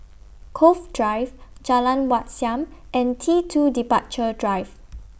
Cove Drive Jalan Wat Siam and T two Departure Drive